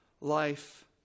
life